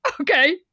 okay